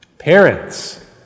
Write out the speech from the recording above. Parents